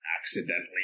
accidentally